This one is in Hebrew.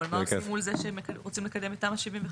מה עושים עם זה שהם רוצים לקדם את תמ"א 75?